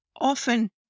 often